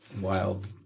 Wild